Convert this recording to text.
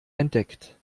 entdeckt